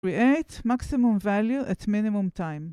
Create maximum value at minimum time